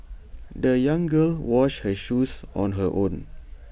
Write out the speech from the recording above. the young girl washed her shoes on her own